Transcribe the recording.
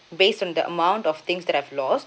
based on the amount of things that I've lost